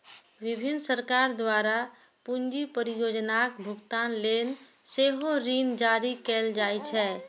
विभिन्न सरकार द्वारा पूंजी परियोजनाक भुगतान लेल सेहो ऋण जारी कैल जाइ छै